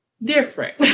different